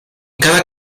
cada